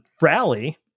rally